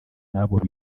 n’abo